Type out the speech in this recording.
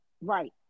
right